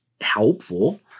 helpful